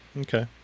okay